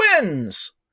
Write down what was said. wins